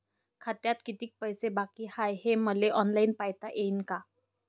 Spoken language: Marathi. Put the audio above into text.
खात्यात कितीक पैसे बाकी हाय हे मले ऑनलाईन पायता येईन का?